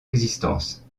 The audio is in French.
existence